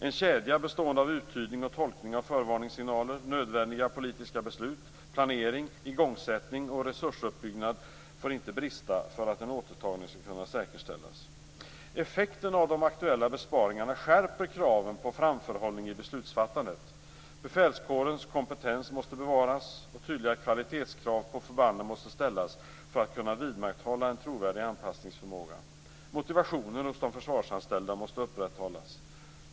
En kedja bestående av uttydning och tolkning av förvarningssignaler, nödvändiga politiska beslut, planering, igångsättning och resursuppbyggnad får inte brista för att en återtagning skall kunna säkerställas. Effekterna av de aktuella besparingarna skärper kraven på framförhållning i beslutsfattandet. Befälskårens kompetens måste bevaras och tydliga kvalitetskrav på förbanden måste ställas för att kunna vidmakthålla en trovärdig anpassningsförmåga. Motivationen hos de försvarsanställda måste upprätthållas.